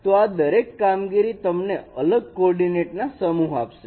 તો આ દરેક કામગીરી તમને અલગ કોર્ડીનેટ ના સમૂહ આપશે